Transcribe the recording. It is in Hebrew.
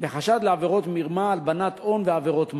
בחשד לעבירות מרמה, הלבנת הון ועבירות מס.